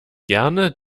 gerne